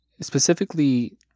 specifically